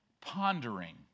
pondering